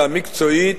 המקצועית,